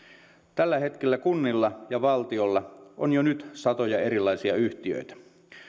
tällä hetkellä kunnilla ja valtiolla on jo nyt satoja erilaisia yhtiöitä